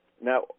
Now